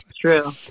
true